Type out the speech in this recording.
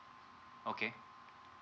okay